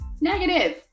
negative